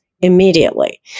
immediately